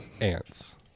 ants